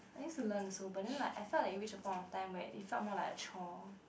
I used to learn also but then like I felt that it reach to a point of time where it felt more like a chore